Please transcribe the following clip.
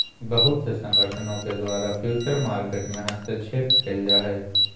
बहुत से संगठनों के द्वारा फ्यूचर मार्केट में हस्तक्षेप क़इल जा हइ